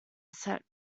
set